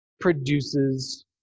produces